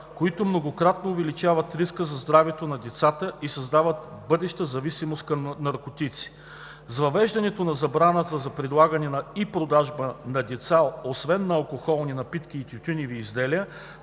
които многократно увеличават риска за здравето на децата и създават бъдеща зависимост към наркотици. С въвеждането на забраната за предлагане и продажба на деца освен на алкохолни напитки и тютюневи изделия,